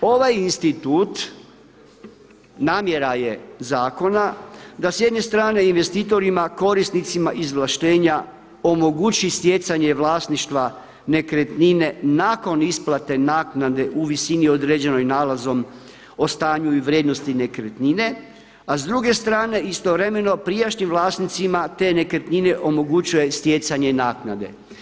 Ovaj institut namjera je zakona da s jedne strane investitorima korisnicima izvlaštenja omogući stjecanje vlasništva nekretnine nakon isplate naknade u visini određenoj nalazom o stanju i vrijednosti nekretnine, a s druge strane istovremeno prijašnjim vlasnicima te nekretnine omogućuje stjecanje naknade.